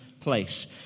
place